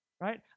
right